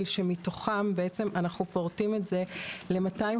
שמתוכם בעצם אנחנו פורטים את זה ל-258